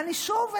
ושוב,